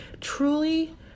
truly